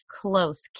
close